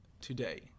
today